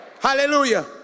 Hallelujah